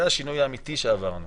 זה השינוי האמיתי שעברנו.